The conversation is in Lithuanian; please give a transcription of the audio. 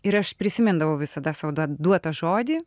ir aš prisimindavau visada sau duotą žodį